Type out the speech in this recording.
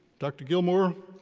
dr. gilmour,